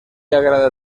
agrada